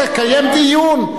תקיים דיון.